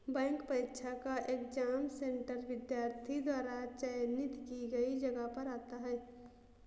bank परीक्षा का exam centre विद्यार्थी द्वारा चयनित की गई जगह पर आता है